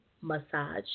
massage